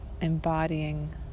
embodying